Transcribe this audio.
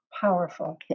powerful